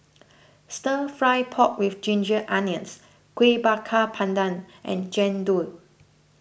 Stir Fry Pork with Ginger Onions Kuih Bakar Pandan and Jian Dui